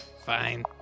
Fine